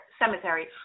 cemetery